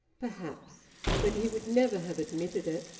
perhaps but he would never have admitted it.